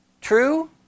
true